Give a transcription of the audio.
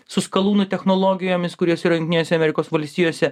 su skalūnų technologijomis kurios yra jungtinėse amerikos valstijose